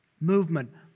movement